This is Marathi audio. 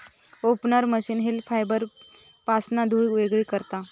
ओपनर मशीन हेम्प फायबरपासना धुळ वेगळी करता